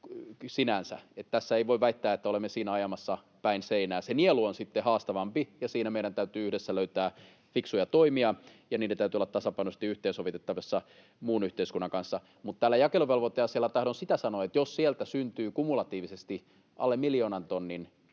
Ei voi väittää, että olemme siinä ajamassa päin seinää. Se nielu on sitten haastavampi, ja siinä meidän täytyy yhdessä löytää fiksuja toimia, ja niiden täytyy olla tasapainoisesti yhteensovitettavissa muun yhteiskunnan kanssa. Mutta tällä jakeluvelvoiteasialla tahdon sitä sanoa, että jos sieltä syntyy kumulatiivisesti alle miljoonan tonnin